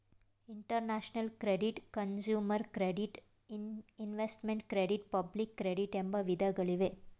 international credit, consumer credit, investment credit public credit ಎಂಬ ವಿಧಗಳಿವೆ